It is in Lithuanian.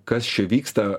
kas čia vyksta